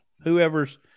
whoever's